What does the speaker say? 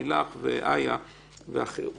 לילך ואיה ואחרים,